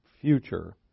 future